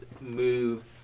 move